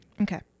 Okay